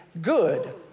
good